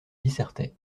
dissertait